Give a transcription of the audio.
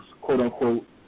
quote-unquote